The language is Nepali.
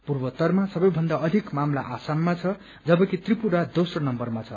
पूर्वोत्तरमा सबैभन्दा अधिक मामला असममा छ जबकि त्रिपुरा दोस्रो नम्बरमा छ